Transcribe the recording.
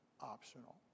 optional